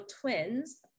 twins